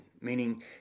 meaning